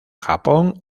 japón